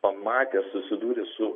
pamatę susidūrę su